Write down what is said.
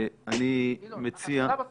אני מציע --- מה עם הקרקע?